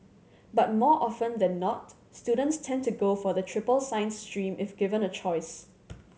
but more often than not students tend to go for the triple science stream if given a choice